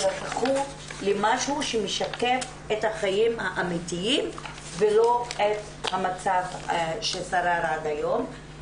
שילכו למשהו שמשקף את החיים האמיתיים ולא את המצב ששרר עד היום.